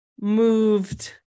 moved